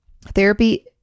Therapy